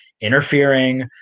interfering